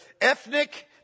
ethnic